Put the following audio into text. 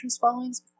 followings